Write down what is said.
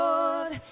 Lord